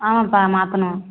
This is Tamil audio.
ஆமாம்ப்பா மாற்றணும்